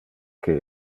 que